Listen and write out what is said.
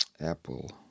Apple